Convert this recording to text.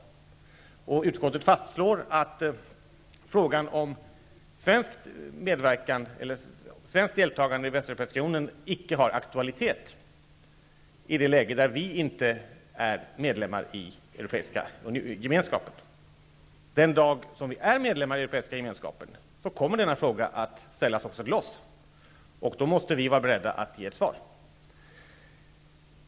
Utskottet fastslår att frågan om svenskt deltagande i Västeuropeiska unionen icke har aktualitet i ett läge när vi inte är medlemmar i Europeiska gemenskapen. Den dag då vi är medlemmar i Europeiska gemenskapen kommer denna fråga att ställas också till oss. Då måste vi vara beredda att ge ett svar.